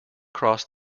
cross